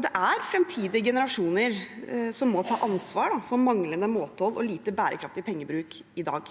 Det er fremtidige generasjoner som må ta ansvar for manglende måtehold og lite bærekraftig pengebruk i dag.